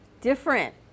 different